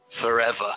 forever